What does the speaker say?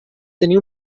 tenir